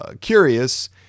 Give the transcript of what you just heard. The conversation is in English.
curious